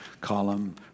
column